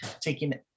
taking